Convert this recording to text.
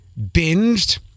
binged